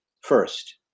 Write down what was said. First